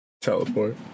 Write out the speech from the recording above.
teleport